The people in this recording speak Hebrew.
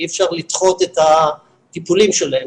אי אפשר לדחות את הטיפולים שלהם,